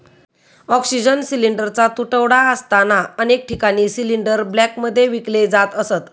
oxygen सिलिंडरचा तुटवडा असताना अनेक ठिकाणी सिलिंडर ब्लॅकमध्ये विकले जात असत